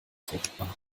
fruchtbar